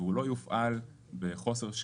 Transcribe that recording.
והוא לא יופעל בחוסר,